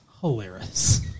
hilarious